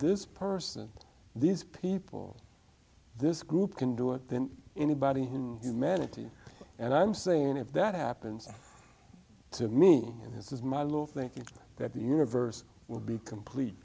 this person these people this group can do it then anybody can humanity and i'm saying if that happens to me and this is my little thinking that the universe will be complete